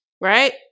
right